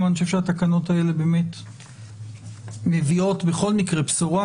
גם חושב שהתקנות האלה מביאות בכל מקרה בשורה,